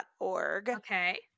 okay